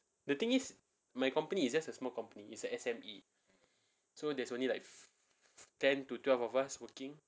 the thing is my company is just a small company is a S_M_E so there's only like ten to twelve of us working